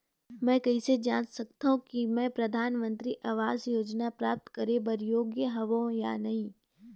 मैं कइसे जांच सकथव कि मैं परधानमंतरी आवास योजना प्राप्त करे बर योग्य हववं या नहीं?